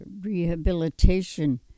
rehabilitation